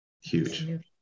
huge